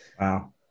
wow